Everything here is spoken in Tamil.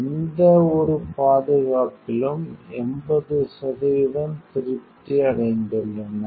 எந்தவொரு பாதுகாப்பிலும் 80 சதவீதம் திருப்தி அடைந்துள்ளன